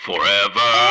Forever